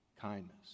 kindness